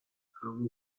همون